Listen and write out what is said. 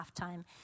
halftime